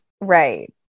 Right